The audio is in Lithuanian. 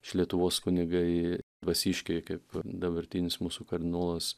iš lietuvos kunigai dvasiškiai kaip dabartinis mūsų kardinolas